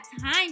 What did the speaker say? time